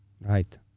Right